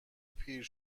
پیر